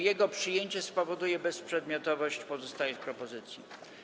Jego przyjęcie spowoduje bezprzedmiotowość pozostałych propozycji.